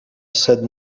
said